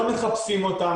לא מחפשים אותם.